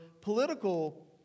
political